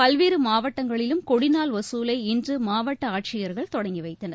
பல்வேறு மாவட்டங்களிலும் கொடிநாள் வசூலை இன்று மாவட்ட ஆட்சியர்கள் தொடங்கிவைத்தனர்